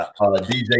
dj